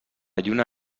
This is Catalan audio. lluna